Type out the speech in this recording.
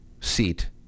seat